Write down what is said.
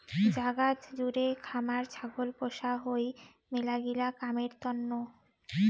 জাগাত জুড়ে খামার ছাগল পোষা হই মেলাগিলা কামের তন্ন